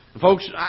Folks